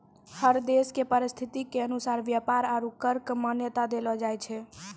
हर देश के परिस्थिति के अनुसार व्यापार आरू कर क मान्यता देलो जाय छै